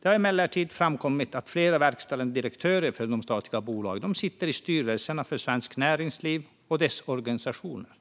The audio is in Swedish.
Det har emellertid framkommit att flera verkställande direktörer för de statliga bolagen sitter i styrelserna för Svenskt Näringsliv och dess organisationer.